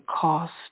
cost